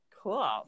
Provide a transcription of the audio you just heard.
Cool